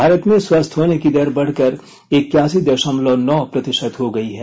भारत में स्वस्थ होने की दर बढकर इक्यासी दशमलव नौ प्रतिशत हो गई है